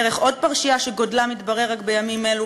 דרך עוד פרשייה שגודלה מתברר רק בימים אלו,